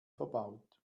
verbaut